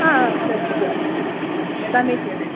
आ अस्तु अस्तु एते नीयते